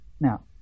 Now